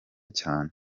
cyane